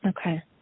Okay